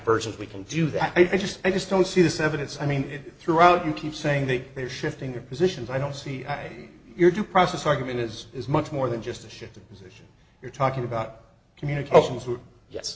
person's we can do that i just i just don't see this evidence i mean throughout you keep saying that they are shifting their positions i don't see your due process argument is as much more than just a shift of position you're talking about communications w